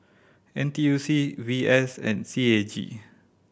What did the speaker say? N T U C V S and C A G